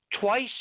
Twice